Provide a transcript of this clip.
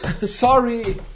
Sorry